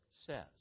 says